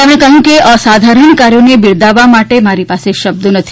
તેમણે કહ્યું હતું કે અસાધારણ કાર્યોને બિરદાવવા માટે મારી પાસે શબ્દો નથી